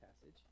passage